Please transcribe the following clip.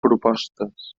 propostes